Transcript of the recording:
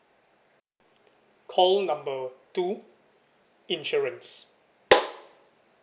call number two insurance